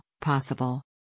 possible